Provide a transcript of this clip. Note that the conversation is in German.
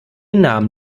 nahm